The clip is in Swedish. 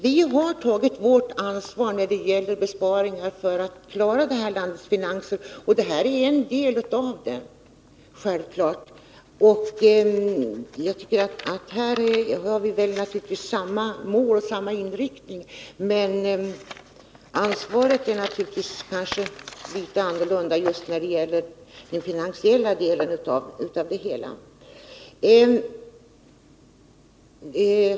Vi har tagit vårt ansvar när det gäller besparingar för att klara detta lands finanser. Detta ställningstagande är en del av detta ansvar. Här har vi samma mål och samma inriktning, men det är naturligtvis litet annorlunda med ansvaret när det gäller den finansiella delen.